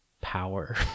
power